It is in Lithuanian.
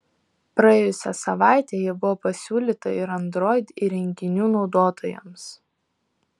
praėjusią savaitę ji buvo pasiūlyta ir android įrenginių naudotojams